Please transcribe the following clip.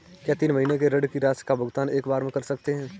क्या तीन महीने के ऋण की राशि का भुगतान एक बार में कर सकते हैं?